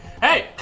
hey